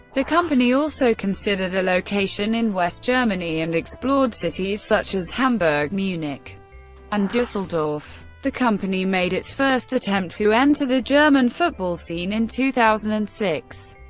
the company also considered a location in west germany and explored cities such as hamburg, munich and dusseldorf. the company made its first attempt to enter the german football scene in two thousand and six.